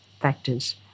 factors